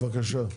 בבקשה.